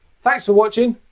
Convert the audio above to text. thanks for watching.